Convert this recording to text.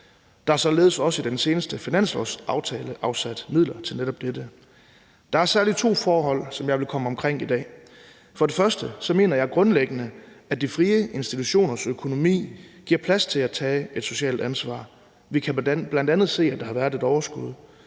Der er således også i den seneste finanslovsaftale afsat midler til netop dette. Der er særlig to forhold, som jeg vil komme omkring i dag. For det første mener jeg grundlæggende, at de frie institutioners økonomi giver plads til at tage et socialt ansvar. Vi kan bl.a. se, at der har været et overskud.